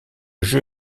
jeu